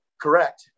correct